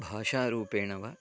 भाषारूपेण वा